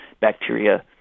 bacteria